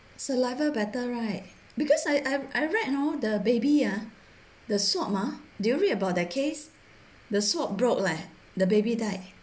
saliva better right because I I I read hor the baby ah the swab ah do you read about that case the swab broke leh the baby died